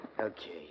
Okay